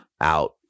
out